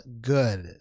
good